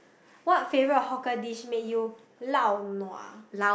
what favorite hawker dish made you lao nua